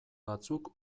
batzuk